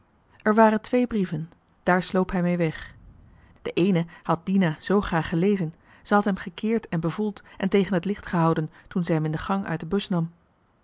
er waren twee brieven daar sloop hij mee weg den eenen had dina zoo graag gelezen zij had hem gekeerd en bevoeld en tegen het licht gehouden toen zij hem in de gang uit de bus nam